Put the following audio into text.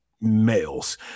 males